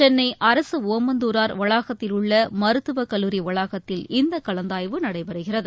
சென்னைஅரசுஒமந்தூரார் வளாகத்தில் உள்ளமருத்துவகல்லூரி வளாகத்தில் இந்தகலந்தாய்வு நடைபெறுகிறது